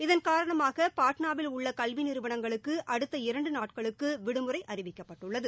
இதன் காரணமாக பாட்னாவில் உள்ள கல்வி நிறுவனங்களுக்கு அடுத்த இரண்டு நாட்களுக்கு விடுமுறை அறிவிக்கப்பட்டுள்ளது